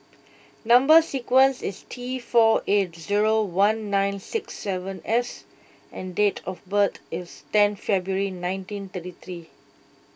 Number Sequence is T four eight zero one nine six seven S and date of birth is ten February nineteen thirty three